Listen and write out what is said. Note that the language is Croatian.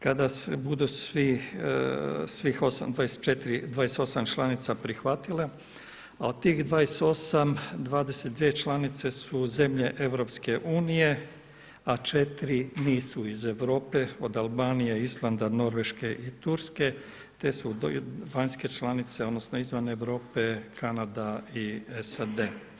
Kada … svih 28 članica prihvatile, a od tih 28, 22 članice su zemlje EU a 4 nisu iz Europe od Albanije, Islanda, Norveške i Turske te su vanjske članice, odnosno izvan Europe, Kanada i SAD.